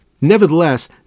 Nevertheless